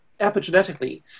epigenetically